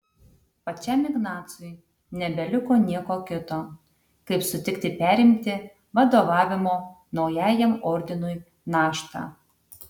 pačiam ignacui nebeliko nieko kito kaip sutikti perimti vadovavimo naujajam ordinui naštą